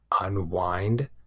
unwind